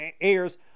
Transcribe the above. airs